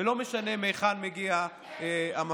ולא משנה מהיכן מגיע המפגין.